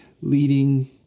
Leading